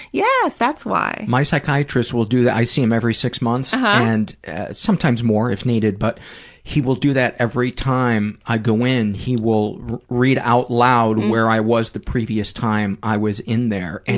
yes, that's why. my psychiatrist will do that. i see him every six months, ah and sometimes more if needed, but he will do that every time i go in, he will read out loud where i was the previous time i was in there. and